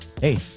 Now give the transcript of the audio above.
hey